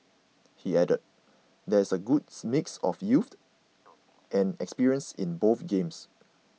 he added there is a good mix of youth and experience in both games